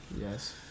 yes